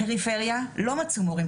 בפריפריה לא מצאו מורים,